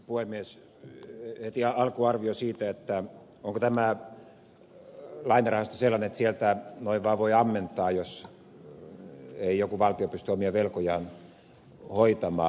heti alkuun arvio siitä onko tämä lainarahasto sellainen että sieltä noin vaan voi ammentaa jos ei joku valtio pysty omia velkojaan hoitamaan